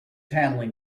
handling